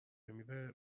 میره